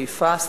חיפה,